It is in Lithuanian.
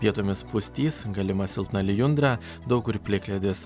vietomis pustys galima silpna lijundra daug kur plikledis